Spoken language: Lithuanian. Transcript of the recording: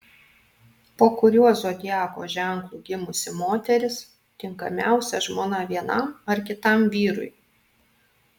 po kuriuo zodiako ženklu gimusi moteris tinkamiausia žmona vienam ar kitam vyrui